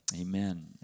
amen